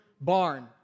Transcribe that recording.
barn